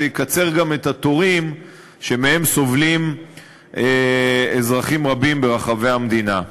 זה יקצר גם את התורים שמהם סובלים אזרחים רבים ברחבי המדינה.